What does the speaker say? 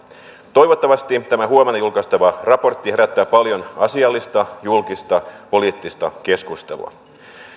toivottavasti tämä huomenna julkaistava raportti herättää paljon asiallista julkista poliittista keskustelua